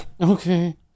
Okay